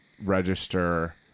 register